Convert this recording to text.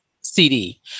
CD